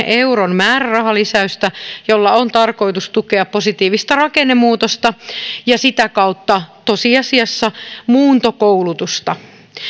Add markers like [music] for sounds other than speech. [unintelligible] euron määrärahalisäystä jolla on tarkoitus tukea positiivista rakennemuutosta ja sitä kautta tosiasiassa muuntokoulutusta